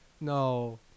No